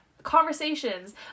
conversations